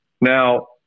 now